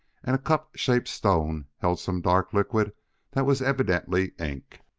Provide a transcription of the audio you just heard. and a cup-shaped stone held some dark liquid that was evidently ink.